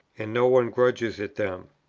and no one grudges it them.